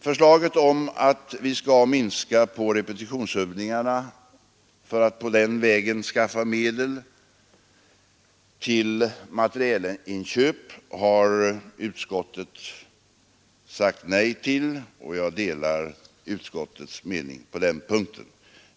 Förslaget om att vi skall minska repetitionsövningarna för att den vägen skaffa medel till materielinköp har utskottet sagt nej till. Jag delar utskottets mening på den punkten.